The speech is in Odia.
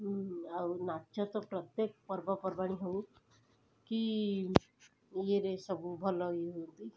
ହୁଁ ଆଉ ନାଚ ତ ପ୍ରତ୍ୟେକ ପର୍ବପର୍ବାଣୀ ହେଉ କି ଇଏରେ ସବୁ ଭଲ ଇଏ ହୁଅନ୍ତି